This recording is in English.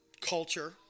culture